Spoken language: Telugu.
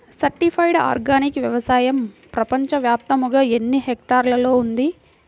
సర్టిఫైడ్ ఆర్గానిక్ వ్యవసాయం ప్రపంచ వ్యాప్తముగా ఎన్నిహెక్టర్లలో ఉంది?